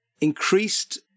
increased